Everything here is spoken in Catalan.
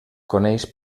coneix